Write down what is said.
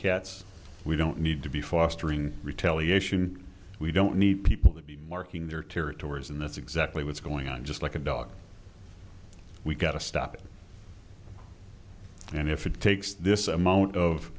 copycats we don't need to be fostering retaliation we don't need people to be marking their territories and that's exactly what's going on just like a dog we've got to stop it and if it takes this amount of